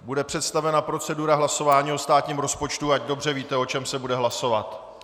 Bude představena procedura hlasování o státním rozpočtu, ať dobře víte, o čem se bude hlasovat.